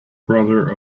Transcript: brother